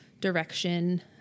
direction